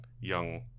young